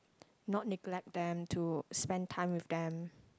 not neglect them to spend time with them